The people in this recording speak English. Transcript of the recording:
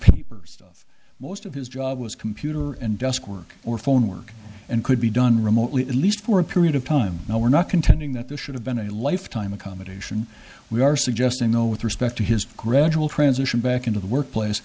papers most of his job was computer and desk work or phone work and could be done remotely at least for a period time no we're not contending that this should have been a lifetime accommodation we are suggesting though with respect to his gradual transition back into the workplace